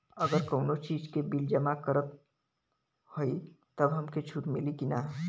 अगर कउनो चीज़ के बिल जमा करत हई तब हमके छूट मिली कि ना?